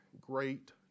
great